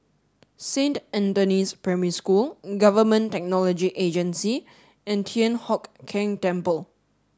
Saint Anthony's Primary School Government Technology Agency and Thian Hock Keng Temple